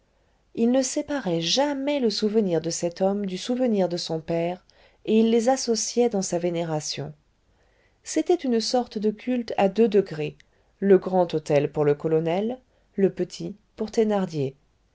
il ne séparait jamais le souvenir de cet homme du souvenir de son père et il les associait dans sa vénération c'était une sorte de culte à deux degrés le grand autel pour le colonel le petit pour thénardier